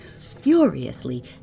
furiously